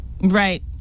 Right